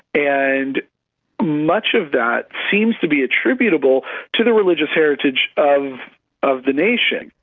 and much of that seems to be attributable to the religious heritage of of the nation.